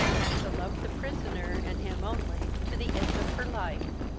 and to love the prisoner, and him only, to the end of her life.